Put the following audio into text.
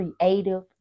creative